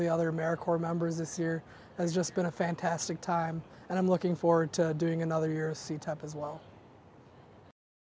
the other american members this year has just been a fantastic time and i'm looking forward to doing another year see top as well